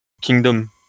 Kingdom